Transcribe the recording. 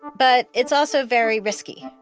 but it's also very risky.